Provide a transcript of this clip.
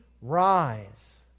rise